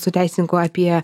su teisininku apie